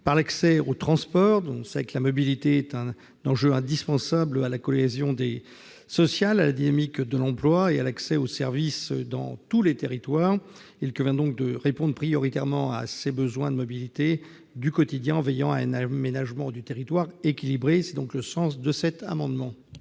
par l'accès aux transports. La mobilité, on le sait, est un enjeu indispensable à la cohésion sociale, à la dynamique de l'emploi et à l'accès aux services dans tous les territoires. Il convient donc de répondre prioritairement à ces besoins de mobilité du quotidien en veillant à un aménagement du territoire équilibré. L'amendement